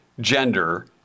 gender